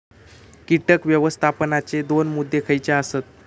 कीटक व्यवस्थापनाचे दोन मुद्दे खयचे आसत?